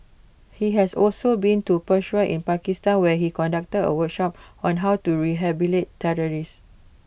he has also been to Peshawar in Pakistan where he conducted A workshop on how to rehabilitate terrorists